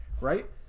right